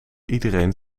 iedereen